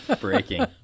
breaking